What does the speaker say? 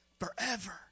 forever